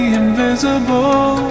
invisible